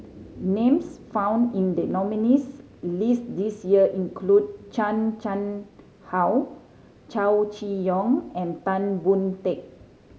names found in the nominees' list this year include Chan Chang How Chow Chee Yong and Tan Boon Teik